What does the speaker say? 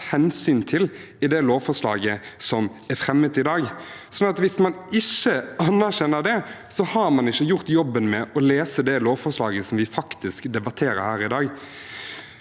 hensyn til i det lovforslaget som er fremmet i dag. Hvis man ikke anerkjenner det, har man ikke gjort jobben med å lese det lovforslaget vi faktisk debatterer her i dag.